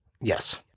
Yes